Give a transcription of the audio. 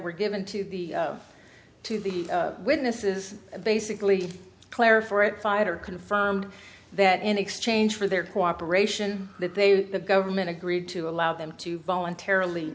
were given to the to be witnesses basically clare for it fighter confirmed that in exchange for their cooperation that they the government agreed to allow them to voluntarily